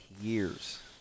years